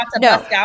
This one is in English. no